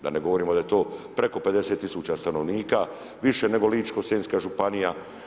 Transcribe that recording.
Da ne govorimo da je to preko 50 000 stanovnika više nego Ličko-senjska županija.